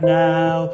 now